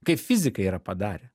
kaip fizikai yra padarę